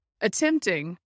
attempting